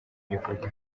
rivuga